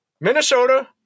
Minnesota